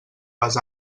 les